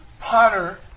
Potter